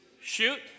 shoot